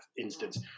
instance